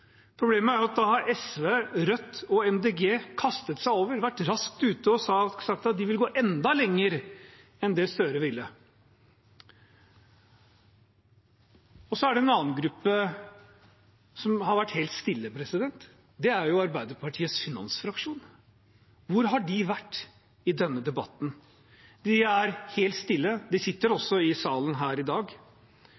problemet er at SV, Rødt og Miljøpartiet De Grønne har kastet seg over det og vært raskt ute og sagt at de vil gå enda lengre enn det Gahr Støre ville. Og så er det en annen gruppe som har vært helt stille. Det er Arbeiderpartiets finansfraksjon. Hvor har de vært i denne debatten? De er helt stille. De sitter